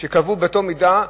שקבעו באותה מידה,